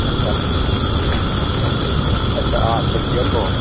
अ आस्सा आस्सा आस्सा अ थिगानो दं